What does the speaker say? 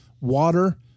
water